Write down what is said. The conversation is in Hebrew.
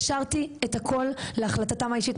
השארתי את הכל להחלטתם האישית,